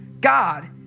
God